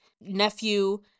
nephew